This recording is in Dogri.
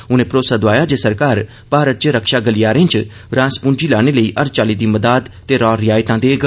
उनें भरोसा दोआया जे सरकार भारत च रक्षा गलियारें च रासपूंजी लाने लेई हर चाली दी मदद ते राव रियायतां देग